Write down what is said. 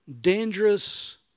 dangerous